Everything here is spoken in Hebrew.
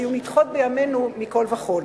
היו נדחות בימינו מכול וכול.